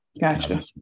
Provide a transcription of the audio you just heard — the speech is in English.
Gotcha